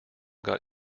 got